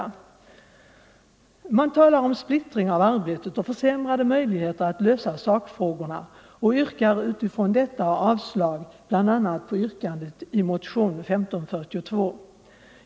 Reservanterna talar om splittring av arbetet och försämrade möjligheter att lösa sakfrågorna och yrkar utifrån detta avslag på bl.a. yrkandet i motionen 1542.